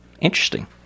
Interesting